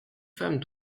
femme